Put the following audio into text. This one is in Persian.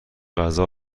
غذا